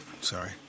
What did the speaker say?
Sorry